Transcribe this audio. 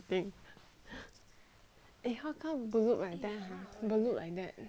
eh how come ballut like that ah ballut like that